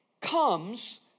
comes